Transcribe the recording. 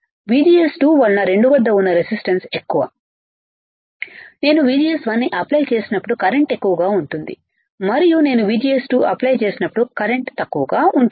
VGS2వలన 2 వద్ద ఉన్న రెసిస్టన్స్ఎక్కువనేను VGS1 అప్లై చేసినప్పుడు కరెంటు ఎక్కువగా ఉంటుందిమరియు నేను VGS2 అప్లై చేసినప్పుడు కరెంటుతక్కువ ఉంటుంది